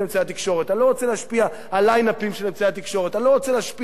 אני לא רוצה להשפיע על ליין-אפים של אמצעי התקשורת,